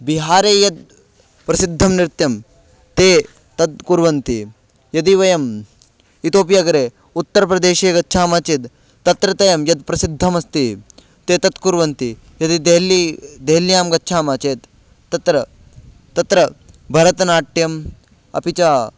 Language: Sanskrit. बिहारे यत् प्रसिद्धं नृत्यं ते तत् कुर्वन्ति यदि वयम् इतोपि अग्रे उत्तरप्रदेशे गच्छामः चेत् तत्र तत् प्रसिद्धमस्ति ते तत् कुर्वन्ति यदि देल्ली देहल्ल्यां गच्छामः चेत् तत्र तत्र भरतनाट्यम् अपि च